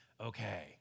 Okay